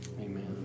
Amen